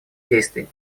действий